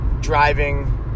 driving